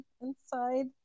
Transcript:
inside